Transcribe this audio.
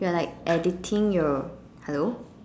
you're like editing you hello